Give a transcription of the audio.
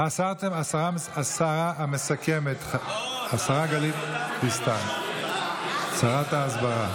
השרה המסכמת, השרה גלית דיסטל, שרת ההסברה.